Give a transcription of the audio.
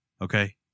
Okay